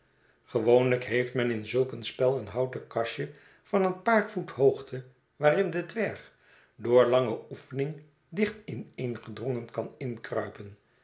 gewoonlijk heeft men in zulk een spel een houten kastje van een paar voet hoogte waarin de dwerg door lange oefening dicht ineengedrongen kan inkruipen